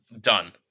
done